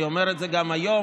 אני אומר את זה גם היום,